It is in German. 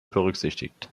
berücksichtigt